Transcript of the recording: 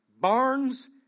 barns